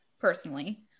personally